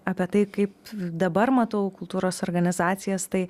apie tai kaip dabar matau kultūros organizacijas tai